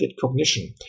cognition